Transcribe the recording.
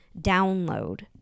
download